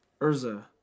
Urza